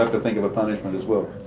have to think of a punishment as well.